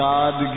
God